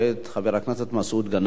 את חבר הכנסת מסעוד גנאים.